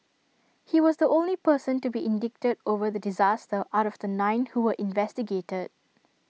he was the only person to be indicted over the disaster out of the nine who were investigated